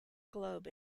globe